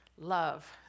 love